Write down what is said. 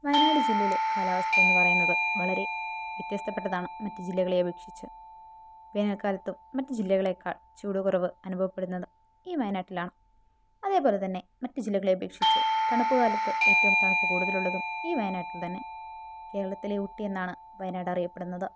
വയനാട് ജില്ലയിലെ കാലാവസ്ഥ എന്ന് പറയുന്നത് വളരെ വ്യത്യസ്തപ്പെട്ടതാണ് മറ്റു ജില്ലകളെ അപേക്ഷിച്ച് വേനൽക്കാലത്തും മറ്റു ജില്ലകളേക്കാൾ ചൂട് കുറവ് അനുഭവപ്പെടുന്നത് ഈ വയനാട്ടിലാണ് അതെപ്പോലെത്തന്നെ മറ്റു ജില്ലകളെ അപേക്ഷിച്ച് തണുപ്പ് കാലത്ത് ഏറ്റവും തണുപ്പ് കൂടുതൽ ഉള്ളതും ഈ വയനാട്ടിൽ തന്നെ കേരളത്തിലെ ഊട്ടി എന്നാണ് വയനാട് അറിയപ്പെടുന്നത്